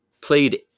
played